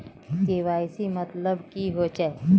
KYC मतलब की होचए?